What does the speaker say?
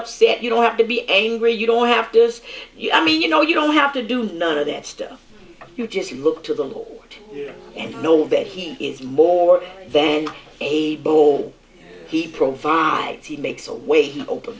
upset you don't have to be angry you don't have to use you i mean you know you don't have to do none of that stuff you just look to them all and know where he is more than a ball he provide he makes a way he open